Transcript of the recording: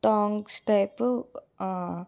tongs type